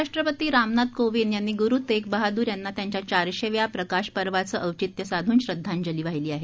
राष्ट्रपती रामनाथ कोविंद यांनी ग्रु तेग बहाद्र यांना त्यांच्या चारशेव्या प्रकाश पर्वाचं औचित्य साधून श्रद्धांजली वाहिली आहे